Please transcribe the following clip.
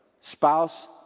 spouse